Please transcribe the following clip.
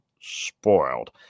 spoiled